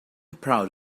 proud